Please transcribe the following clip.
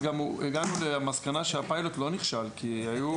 גם הגענו למסקנה שהפיילוט לא נכשל כי היו